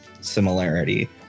similarity